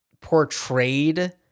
portrayed –